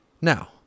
Now